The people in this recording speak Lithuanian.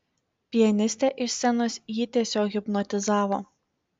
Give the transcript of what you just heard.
pianistė iš scenos jį tiesiog hipnotizavo